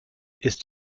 ist